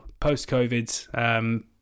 post-COVID